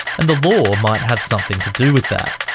and the law might have something to do with that.